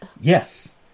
Yes